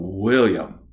William